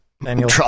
manual